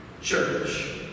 church